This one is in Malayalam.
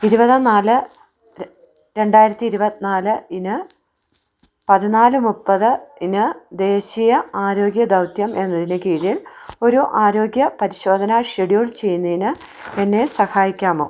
ഇരുപത്തി നാല് രണ്ടായിരത്തി ഇരുപത്തി നാല് ഇന് പതിനാല് മുപ്പത് ഇന് ദേശീയ ആരോഗ്യ ദൗത്യം എന്നതിന് കീഴിൽ ഒരു ആരോഗ്യ പരിശോധന ഷെഡ്യൂൾ ചെയ്യുന്നതിന് എന്നെ സഹായിക്കാമോ